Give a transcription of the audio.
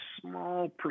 small